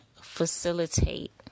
facilitate